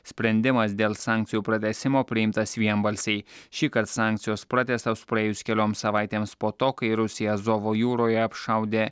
sprendimas dėl sankcijų pratęsimo priimtas vienbalsiai šįkart sankcijos pratęstos praėjus kelioms savaitėms po to kai rusija azovo jūroje apšaudė